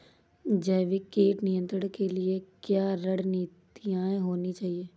जैविक कीट नियंत्रण के लिए क्या रणनीतियां होनी चाहिए?